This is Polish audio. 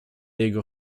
jego